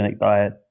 diet